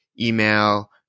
email